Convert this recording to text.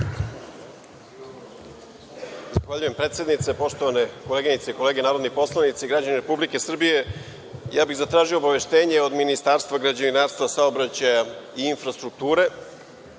Zahvaljujem predsednice. Poštovane koleginice i kolege narodni poslanici, građani Republike Srbije, ja bih zatražio obaveštenje od Ministarstva građevinarstva, saobraćaja i infrastrukture,